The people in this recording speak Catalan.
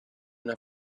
una